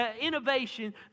innovation